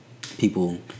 people